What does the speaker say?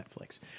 Netflix